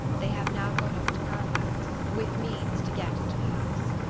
they have now gone off to carfax, with means to get into the house.